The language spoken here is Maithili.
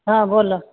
हँ बोलो